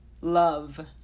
love